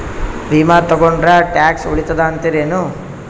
ವಿಮಾ ತೊಗೊಂಡ್ರ ಟ್ಯಾಕ್ಸ ಉಳಿತದ ಅಂತಿರೇನು?